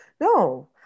No